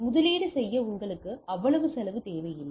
முதலீடு செய்ய உங்களுக்கு அவ்வளவு செலவு தேவையில்லை